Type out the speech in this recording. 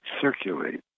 circulate